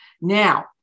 Now